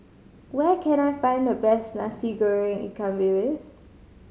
where can I find the best Nasi Goreng ikan bilis